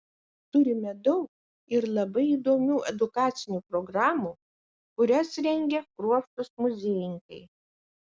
turime daug ir labai įdomių edukacinių programų kurias rengia kruopštūs muziejininkai